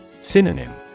Synonym